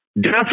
death